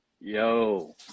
Yo